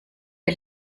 est